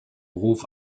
beruf